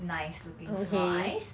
nice looking small eyes